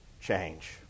change